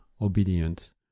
obedient